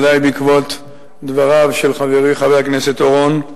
ודאי בעקבות דבריו של חברי חבר הכנסת אורון,